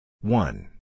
one